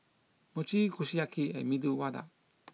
Mochi Kushiyaki and Medu Vada